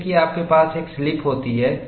जैसे कि आपके पास एक स्लिपहोती है